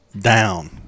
down